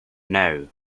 now